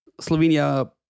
Slovenia